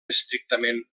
estrictament